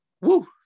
Woo